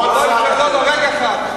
כבוד שר, רגע אחד.